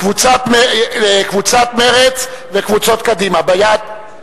קבוצת מרצ וקבוצת קדימה, ביד?